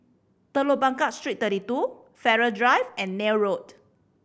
Telok Blangah Street Thirty Two Farrer Drive and Neil Road